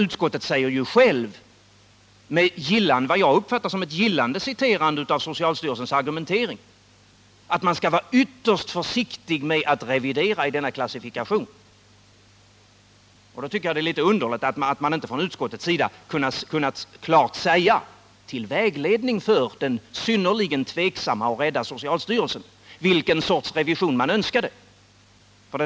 Utskottet återger självt, med vad jag uppfattar som gillande, socialstyrelsens argumentering innebärande att man skall vara ytterst försiktig med att revidera innehållet i klassifikationen. Jag tycker att det är litet underligt att utskottet inte till vägledning för den synnerligen tveksamma och rädda socialstyrelsen kunnat klart ange vilken sorts revision utskottet önskar skall ske.